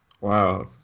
Wow